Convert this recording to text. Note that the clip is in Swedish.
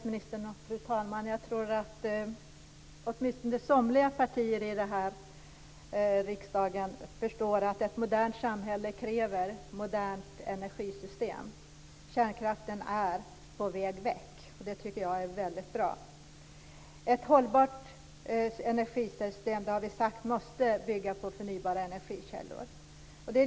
Fru talman! Åtminstone somliga partier här i riksdagen förstår att ett modernt samhälle kräver ett modernt energisystem. Kärnkraften är på väg bort. Det är bra. Ett hållbart energisystem måste bygga på förnybara energikällor.